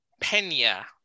Pena